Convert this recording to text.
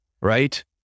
right